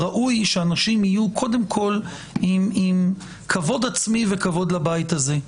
ראוי שאנשים יהיו קודם כול עם כבוד עצמי וכבוד לבית הזה.